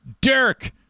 Dirk